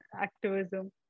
activism